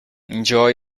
enjoy